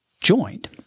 joined